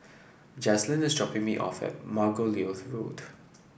Jazlyn is dropping me off at Margoliouth Road